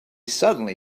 suddenly